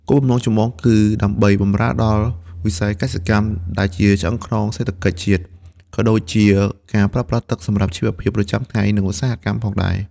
គោលបំណងចម្បងគឺដើម្បី បម្រើដល់វិស័យកសិកម្ម ដែលជាឆ្អឹងខ្នងសេដ្ឋកិច្ចជាតិ ក៏ដូចជា ការប្រើប្រាស់ទឹកសម្រាប់ជីវភាពប្រចាំថ្ងៃ និងឧស្សាហកម្ម ផងដែរ។